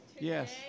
Yes